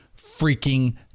freaking